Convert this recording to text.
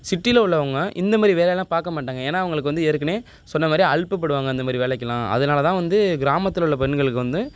சிட்டியில உள்ளவங்க இந்தமாரி வேலைலாம் பார்க்க மாட்டாங்க ஏன்னா அவங்களுக்கு வந்து ஏற்கனே சொன்ன மாதிரி அலுப்புப்படுவாங்க இந்தமாரி வேலைக்கெலாம் அதனால தான் வந்து கிராமத்தில் உள்ள பெண்களுக்கு வந்து